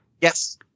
Yes